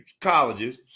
colleges